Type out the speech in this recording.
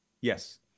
yes